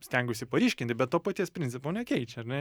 stengiuosi paryškinti bet to paties principo nekeičia ar ne